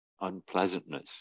unpleasantness